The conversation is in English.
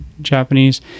Japanese